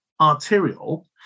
Arterial